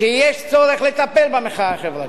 שיש צורך לטפל במחאה החברתית,